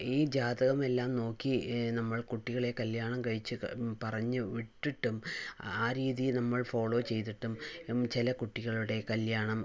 ഈ ജാതകം എല്ലാം നോക്കി നമ്മൾ കുട്ടികളെ കല്യാണം കഴിച്ച് പറഞ്ഞു വിട്ടിട്ടും ആ രീതി നമ്മൾ ഫോളോ ചെയ്തിട്ടും ചില കുട്ടികളുടെ കല്യാണം